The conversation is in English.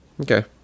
Okay